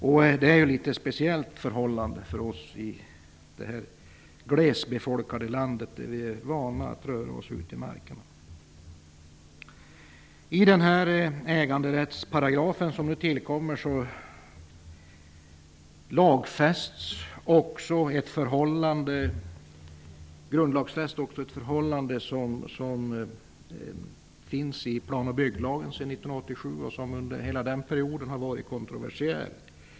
Det är ju ett litet speciellt förhållande för oss i detta glest befolkade land. Vi är vana att röra oss fritt ute i markerna. I den äganderättsparagraf som nu tillkommer grundlagsfästs också ett förhållande som reglerades i plan och bygglagen 1987 och som sedan dess har varit kontroversiellt.